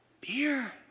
Beer